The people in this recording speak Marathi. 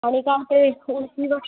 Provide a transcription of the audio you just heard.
आणि काम ते नऊ दिवस